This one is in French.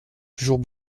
toujours